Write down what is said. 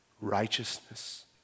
Righteousness